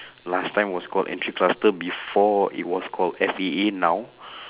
last time was called entry cluster before it was called F_A_A now